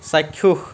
চাক্ষুষ